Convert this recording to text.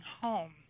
home